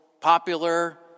popular